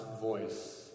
voice